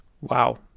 Wow